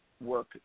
work